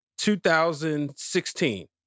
2016